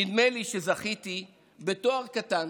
נדמה לי שזכיתי בתואר קטן